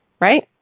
Right